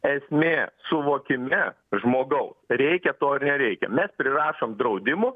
esmė suvokime žmogaus reikia to ar nereikia mes prirašom draudimų